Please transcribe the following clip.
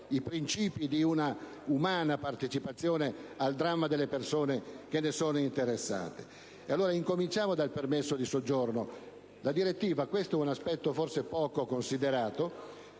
i principi di un'umana partecipazione al dramma delle persone che ne sono interessate. Cominciamo dal permesso di soggiorno. La direttiva - questo è un aspetto forse poco considerato